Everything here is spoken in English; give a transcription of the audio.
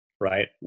right